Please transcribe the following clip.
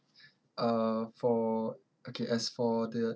uh for okay as for the